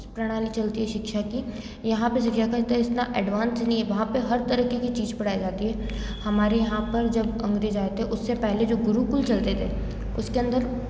प्रणाली चलती है शिक्षा की यहाँ पर इतनी एडवांस नहीं है वहाँ पे हर तरीके की चीज़ पढ़ाई जाती है हमारे यहाँ पर जब अंग्रेज आए थे उससे पहले जो गुरुकुल चलते थे उसके अंदर